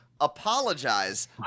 apologize